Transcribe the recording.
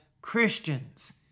Christians